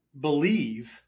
believe